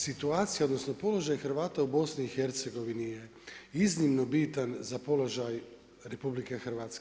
Situacija odnosno položaj Hrvata u BiH je iznimno bitan za položaj RH.